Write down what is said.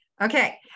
Okay